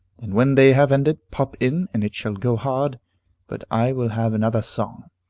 and when they have ended, pop in, and it shall go hard but i will have another song.